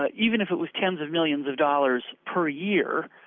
ah even if it was tens of millions of dollars per year,